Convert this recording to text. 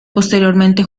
posteriormente